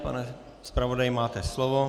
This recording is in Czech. Pane zpravodaji, máte slovo.